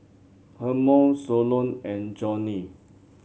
Hermon Solon and Johnny